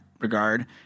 regard